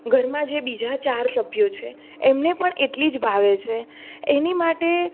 ઘરમાં જે બીજા ચાર સભ્યો છે એમને પણ એટલી જ ભાવે છે એની માટે